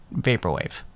Vaporwave